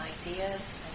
ideas